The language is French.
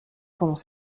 pendant